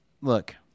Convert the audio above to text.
look